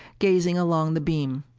gazing along the beam.